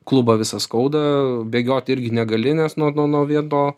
klubą visą skauda bėgioti irgi negali nes nuo nuo nuo vieno